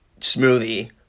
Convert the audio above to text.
smoothie